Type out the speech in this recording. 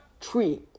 three